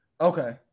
Okay